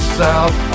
south